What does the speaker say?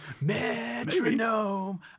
Metronome